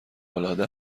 العاده